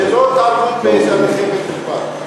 זו לא התערבות בתהליכי בית-משפט.